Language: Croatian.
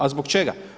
A zbog čega?